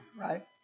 right